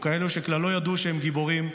כאלה שכלל לא ידעו שהם גיבורים,